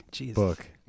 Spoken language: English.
book